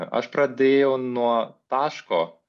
aš pradėjau nuo taško